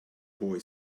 boy